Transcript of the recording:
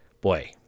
boy